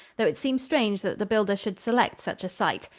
though it seems strange that the builder should select such a site.